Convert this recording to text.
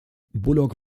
bullock